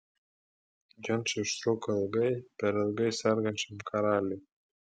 ginčai užtruko ilgai per ilgai sergančiam karaliui